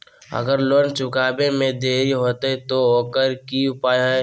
अगर लोन चुकावे में देरी होते तो ओकर की उपाय है?